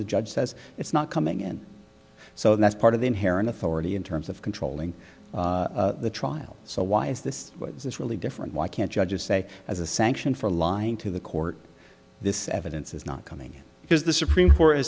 the judge says it's not coming and so that's part of the inherent authority in terms of controlling the trial so why is this what is this really different why can't judges say as a sanction for lying to the court this evidence is not coming because the supreme court